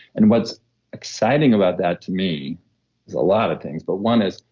and what's exciting about that to me is a lot of things, but one is,